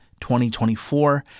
2024